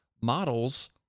models